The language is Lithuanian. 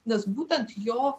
nes būtent jo